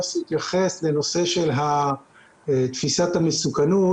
יוסי התייחס לנושא של תפיסת המסוכנות,